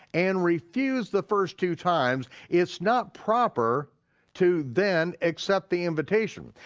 and refused the first two times, it's not proper to then accept the invitation.